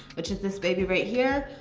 which is this baby right here.